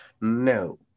No